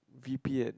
V_P and